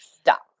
Stop